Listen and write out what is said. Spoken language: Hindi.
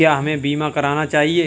क्या हमें बीमा करना चाहिए?